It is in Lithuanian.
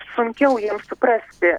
sunkiau jiems suprasti